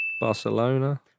Barcelona